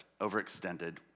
overextended